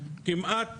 למעשה